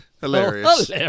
Hilarious